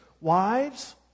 Wives